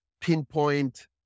pinpoint